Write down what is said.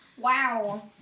Wow